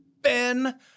Ben